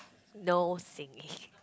no singing